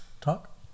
Talk